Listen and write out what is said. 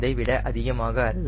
அதைவிட அதிகமாக அல்ல